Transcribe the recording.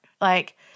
Like-